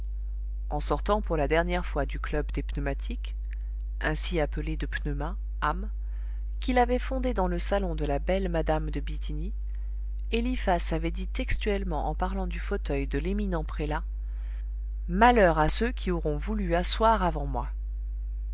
en sortant pour la dernière fois du club des pneumatiques ainsi appelé de pneuma âme qu'il avait fondé dans le salon de la belle mme de bithynie eliphas avait dit textuellement en parlant du fauteuil de l'éminent prélat malheur à ceux qui auront voulu asseoir avant moi